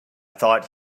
thought